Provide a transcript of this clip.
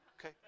Okay